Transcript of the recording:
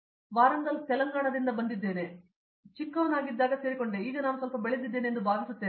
ಶ್ರೀಕಾಂತ್ ವಾರಂಗಲ್ ತೆಲಂಗಾಣದಿಂದ ನಾನು ಚಿಕ್ಕವಳಿದ್ದಾಗ ಸೇರಿಕೊಂಡೆ ಮತ್ತು ಈಗ ನಾನು ಸ್ವಲ್ಪ ಬೆಳೆದಿದ್ದೇನೆ ಎಂದು ನಾನು ಭಾವಿಸುತ್ತೇನೆ